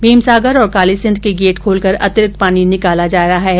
भीमसागर और कालीसिंघ के गेट खोलकर अतिरिक्त पानी निकाला जा रहा है